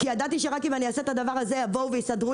כי ידעתי שרק אם אני אעשה את הדבר הזה יבואו ויסדרו